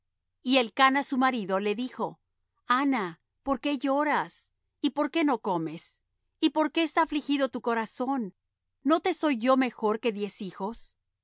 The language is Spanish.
y elcana su marido le dijo anna por qué lloras y por qué no comes y por qué está afligido tu corazón no te soy yo mejor que diez hijos